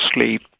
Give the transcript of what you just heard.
sleep